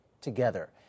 together